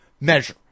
measure